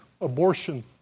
abortion